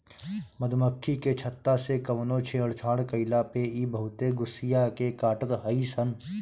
मधुमक्खी के छत्ता से कवनो छेड़छाड़ कईला पे इ बहुते गुस्सिया के काटत हई सन